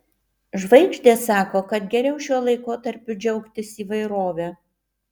žvaigždės sako kad geriau šiuo laikotarpiu džiaugtis įvairove